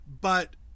But-